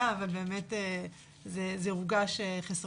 דיון בוועדה אבל באמת וחסרונה הורגש.